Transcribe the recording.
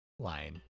line